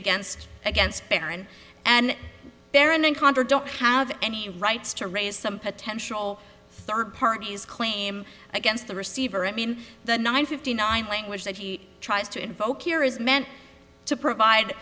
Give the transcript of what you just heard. against against baron and baron and contra don't have any rights to raise some potential third parties claim against the receiver i mean the nine fifty nine language that he tries to invoke here is meant to provide